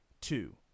Two